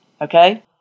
okay